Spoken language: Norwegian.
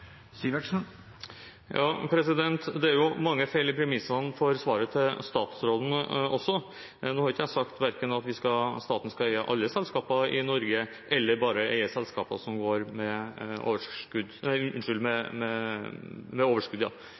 Det er mange feil i premissene for svaret fra statsråden også. Nå har jeg verken sagt at staten skal eie alle selskapene i Norge eller bare eie selskaper som går med overskudd.